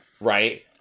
right